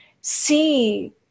see